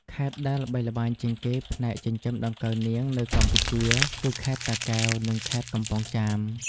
ខេត្តដែលល្បីល្បាញជាងគេផ្នែកចិញ្ចឹមដង្កូវនាងនៅកម្ពុជាគឺ ខេត្តតាកែវ និងខេត្តកំពង់ចាម។